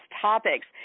topics